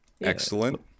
Excellent